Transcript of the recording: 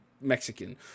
mexican